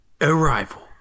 Arrival